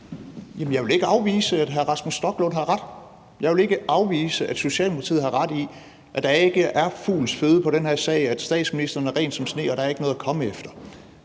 jeg vil ikke afvise, at hr. Rasmus Stoklund har ret. Jeg vil ikke afvise, at Socialdemokratiet har ret i, at der ikke er fugls føde på den her sag, og at statsministeren er ren som sne, og at der ikke er noget at komme efter.